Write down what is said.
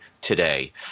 today